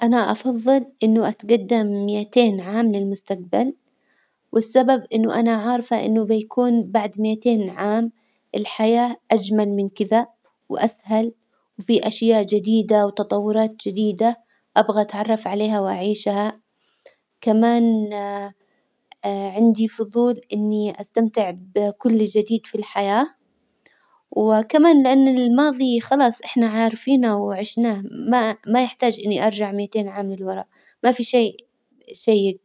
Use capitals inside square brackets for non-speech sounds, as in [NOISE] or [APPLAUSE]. أنا أفظل إنه أتجدم ميتين عام للمستجبل، والسبب إنه أنا عارفة إنه بيكون بعد ميتين عام الحياة أجمل من كذا وأسهل، وفيه أشياء جديدة وتطورات جديدة أبغى أتعرف عليها وأعيشها، كمان [HESITATION] عندي فظول إني أستمتع بكل جديد في الحياة، وكمان لإن الماضي خلاص إحنا عارفينه وعشناه ما- ما يحتاج إني أرجع ميتين عام للوراء، ما في شيء شيج.